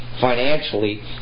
financially